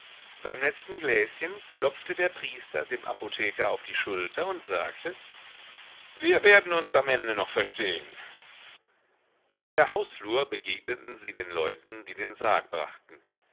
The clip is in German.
beim letzten gläschen klopfte der priester dem apotheker auf die schulter und sagte wir werden uns am ende noch verstehen in der hausflur begegneten sie den leuten die den sarg brachten